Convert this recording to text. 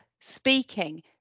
speaking